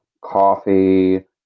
coffee